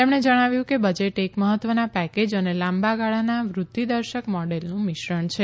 તેમણે જણાવ્યું કે બજેટ એક મફત્વના પેકેજ અને લાંબા ગાળાના વૃદ્ધિદર્શક મોડેલનું મિશ્રણ છે